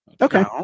okay